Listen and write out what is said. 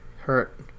hurt